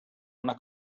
una